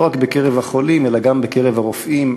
לא רק בקרב החולים אלא גם בקרב הרופאים.